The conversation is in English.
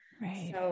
right